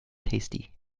tasty